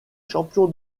champion